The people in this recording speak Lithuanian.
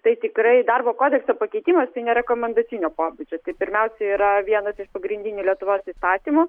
tai tikrai darbo kodekso pakeitimas tai nerekomendacinio pobūdžio tai pirmiausia yra vienas iš pagrindinių lietuvos įstatymų